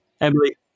Emily